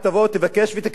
תבקש ותקבל.